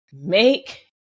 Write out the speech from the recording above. Make